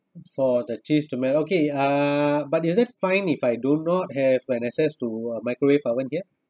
for the cheese to melt okay uh but is that fine if I do not have an access to microwave oven here